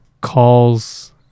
calls